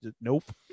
nope